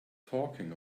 talking